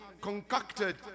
Concocted